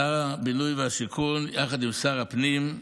שר הבינוי והשיכון יחד עם שר הפנים,